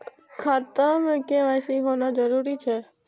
खाता में के.वाई.सी होना जरूरी छै?